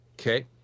Okay